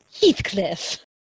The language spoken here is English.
Heathcliff